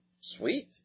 Sweet